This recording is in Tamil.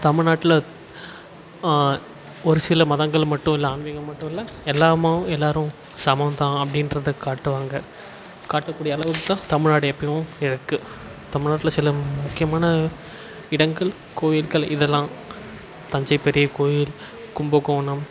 தமிழ்நாட்டில் ஒரு சில மதங்கள் மட்டும் இல்லை ஆன்மீகம் மட்டும் இல்லை எல்லாமா எல்லோரும் சமம் தான் அப்படின்றத காட்டுவாங்க காட்டக்கூடிய அளவுக்கு தான் தமிழ்நாடு எப்போயும் இருக்குது தமிழ்நாட்டில் சில முக்கியமான இடங்கள் கோவில்கள் இதெலாம் தஞ்சை பெரிய கோவில் கும்பகோணம்